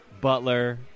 Butler